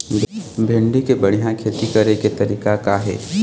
भिंडी के बढ़िया खेती करे के तरीका का हे?